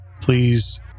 Please